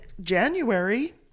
January